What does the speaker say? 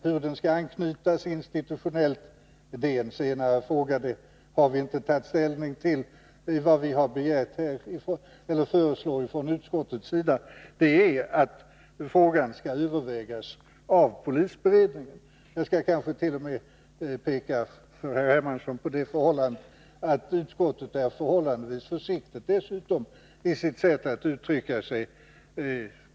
Hur den skall anknytas institutionellt är en senare fråga, den har vi inte tagit ställning till. Vad utskottet föreslår är att 85 frågan skall övervägas av polisberedningen för övervägande. Jag vill påpeka för Carl-Henrik Hermansson att utskottet är förhållandevis försiktigt i sitt sätt att uttrycka sig.